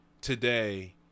today